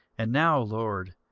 and now, lord,